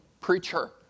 preacher